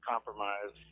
compromise